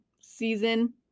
season